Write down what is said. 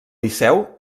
liceu